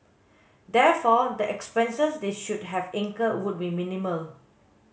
therefore the expenses they should have incurred would be minimal